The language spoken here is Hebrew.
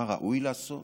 מה ראוי לעשות